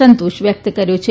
સંતોષ વ્યક્ત કર્યો છે